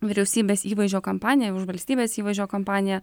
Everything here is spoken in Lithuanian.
vyriausybės įvaizdžio kampaniją už valstybės įvaizdžio kampaniją